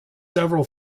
several